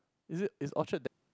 is it is Orchard there